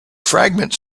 fragments